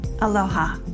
aloha